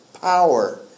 power